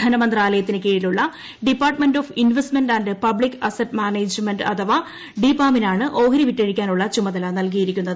ധനമന്ത്രാലയത്തിന് കീഴിലുള്ള department of investment and public asset management അഥവാ ഡിപാമിനാണ് ഓഹരി വിറ്റഴിക്കാനുള്ള ചുമതല നൽകിയിരിക്കുന്നത്